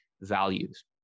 values